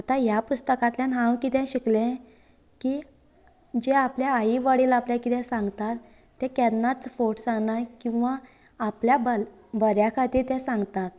आता ह्या पुस्तकातल्यान हांव कितें शिकले की जे आपल्या आई वडील आपल्याक कितें सांगतात तें केन्नाच फोट सांगनाय किंवां आपल्या भल् बऱ्या खातीर तें सांगतात